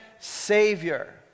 Savior